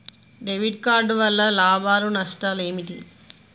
Debit card వల్ల లాభాలు నష్టాలు ఏమిటి?